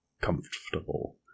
comfortable